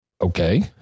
Okay